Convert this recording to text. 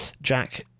Jack